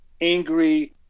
angry